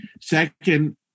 Second